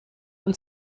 und